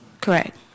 Correct